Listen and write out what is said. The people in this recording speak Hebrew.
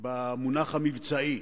במונח המבצעי.